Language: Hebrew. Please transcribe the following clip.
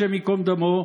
השם ייקום דמו,